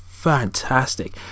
fantastic